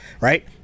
Right